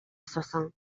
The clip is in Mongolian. асуусан